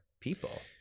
people